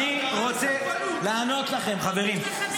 אני רוצה לענות לכם, חברים.